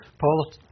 Paul